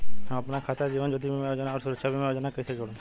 हम अपना खाता से जीवन ज्योति बीमा योजना आउर सुरक्षा बीमा योजना के कैसे जोड़म?